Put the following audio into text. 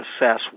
assess